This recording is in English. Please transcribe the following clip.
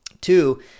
Two